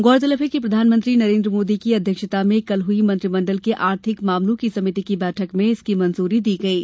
गौरतलब है कि प्रधानमंत्री नरेंद्र मोदी की अध्यक्षता में कल हई मंत्रिमंडल के आर्थिक मामलों की समिति की बैठक में इसकी मंजूरी दी गयी